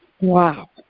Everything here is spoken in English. Wow